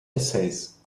essays